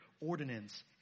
ordinance